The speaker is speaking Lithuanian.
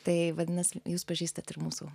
tai vadinasi jūs pažįstat ir mūsų